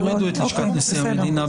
תורידו את לשכת נשיא המדינה.